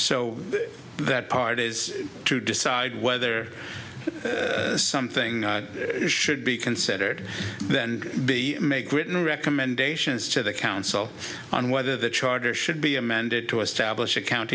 so that part is to decide whether something should be considered then be make written recommendations to the council on whether the charter should be amended to establish a count